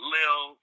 Lil